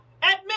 admit